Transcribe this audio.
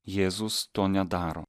jėzus to nedaro